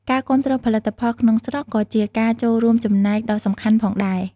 ការគាំទ្រផលិតផលក្នុងស្រុកក៏ជាការចូលរួមចំណែកដ៏សំខាន់ផងដែរ។